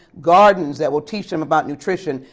gardens that will teach them about nutrition,